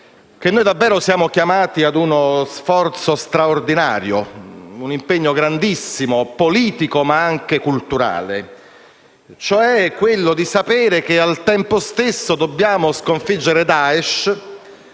che noi davvero siamo chiamati ad uno sforzo straordinario, ad un impegno grandissimo, politico, ma anche culturale: quello di sapere che dobbiamo sconfiggere Daesh,